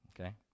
okay